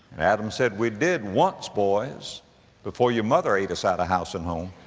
and adam said, we did once boys before your mother ate us out of house and home.